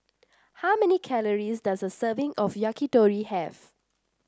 how many calories does a serving of Yakitori have